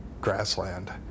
grassland